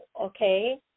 okay